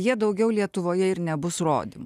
jie daugiau lietuvoje ir nebus rodomi